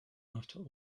after